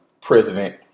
president